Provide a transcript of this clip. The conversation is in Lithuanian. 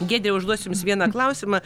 giedre užduosiu jums vieną klausimą